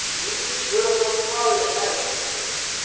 isn't he beautiful? you probably have met him before.